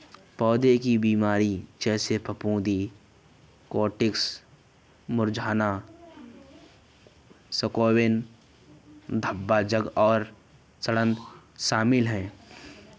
पौधों की बीमारियों जिसमें फफूंदी कोटिंग्स मुरझाना स्कैब्स धब्बे जंग और सड़ांध शामिल हैं